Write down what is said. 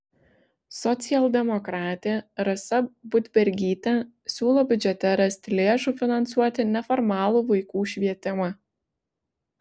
socialdemokratė rasa budbergytė siūlo biudžete rasti lėšų finansuoti neformalų vaikų švietimą